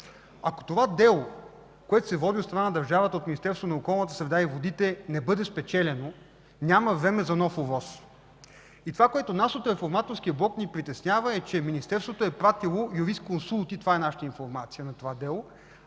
Ако това дело, което се води от страна на държавата от Министерството на околната среда и водитене бъде спечелено, няма време за нов ОВОС. Това, което нас от Реформаторския блок ни притеснява, е, че министерството е пратило юрисконсулти на това дело, това е нашата информация, а не